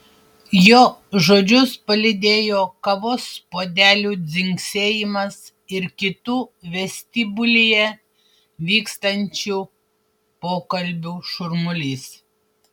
jo žodžius palydėjo kavos puodelių dzingsėjimas ir kitų vestibiulyje vykstančių pokalbių šurmulys